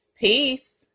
Peace